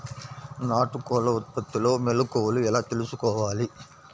నాటుకోళ్ల ఉత్పత్తిలో మెలుకువలు ఎలా తెలుసుకోవాలి?